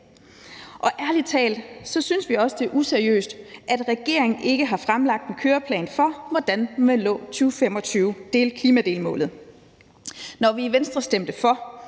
da. Ærligt talt synes vi også, det er useriøst, at regeringen ikke har fremlagt en køreplan for, hvordan man vil nå 2025-klimadelmålet. Når vi i Venstre stemte for,